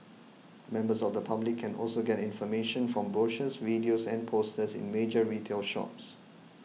members of the public can also get information from brochures videos and posters in major retail shops